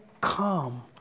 come